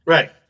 Right